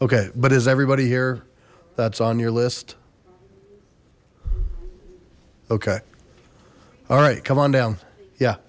okay but is everybody here that's on your list okay all right come on down yeah